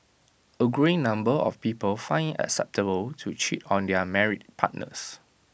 A growing number of people find IT acceptable to cheat on their married partners